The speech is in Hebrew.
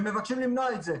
הם מבקשים למנוע את זה.